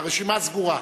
הרשימה סגורה.